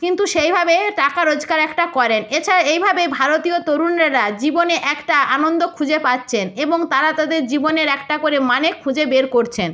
কিন্তু সেইভাবে টাকা রোজগার একটা করেন এইভাবে ভারতীয় তরুণেরা জীবনে একটা আনন্দ খুঁজে পাচ্ছেন এবং তারা তাদের জীবনের একটা করে মানে খুঁজে বের করছেন